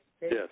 Yes